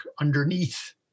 underneath